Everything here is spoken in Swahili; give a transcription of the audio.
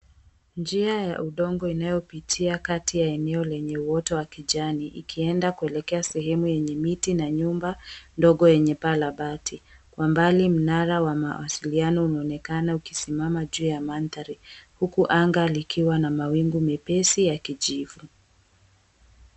Njia ya udongo inayopitia kati ya eneo lenye uoto wa kijani ikienda kuelekea kwenye sehemu ya miti mingi na nyumba dogo lenye paa la bati. Kwa mbali mnara wa mawasiliano unaonekana ukisimama juu ya mandhari, huku anga likiwa na mawingu mepesi ya kijivu.